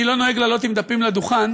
אני לא נוהג לעלות עם דפים לדוכן,